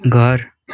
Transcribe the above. घर